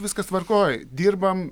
viskas tvarkoj dirbam